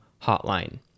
hotline